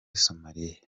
somalia